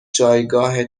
جایگاه